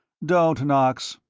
don't, knox!